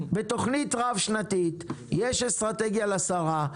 בתכנית רב שנתית יש אסטרטגיה לשרה.